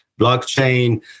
blockchain